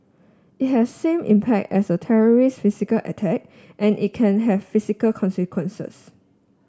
it has same impact as a terrorist's physical attack and it can have physical consequences